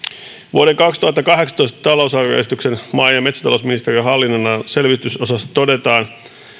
vuoden kaksituhattakahdeksantoista talousarvioesityksen maa ja metsätalousministeriön hallinnonalan selvitysosassa todetaan